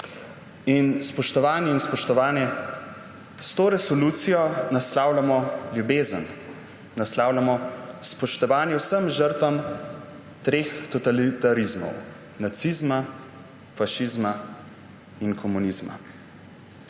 Spoštovani in spoštovane, s to resolucijo naslavljamo ljubezen. Naslavljamo spoštovanje vsem žrtvam treh totalitarizmov: nacizma, fašizma in komunizma.